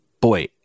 boy